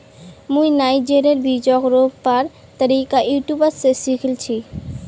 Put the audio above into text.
मुई नाइजरेर बीजक रोपवार तरीका यूट्यूब स सीखिल छि